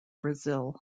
brazil